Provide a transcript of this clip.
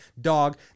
dog